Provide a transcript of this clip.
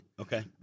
Okay